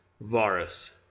Varus